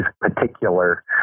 particular